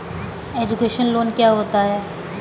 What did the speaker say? Education loan क्या होता है?